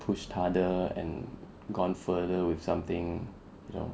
pushed harder and gone further with something you know